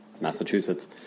massachusetts